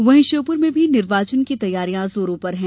वहीं श्योपुर में भी निर्वाचन की तैयारियां जोरों पर हैं